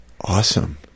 awesome